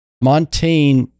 montaigne